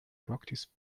practice